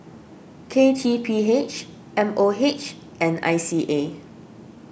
K T P H M O H and I C A